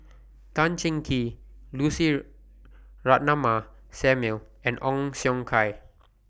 Tan Cheng Kee Lucy Ratnammah Samuel and Ong Siong Kai